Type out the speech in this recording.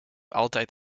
altijd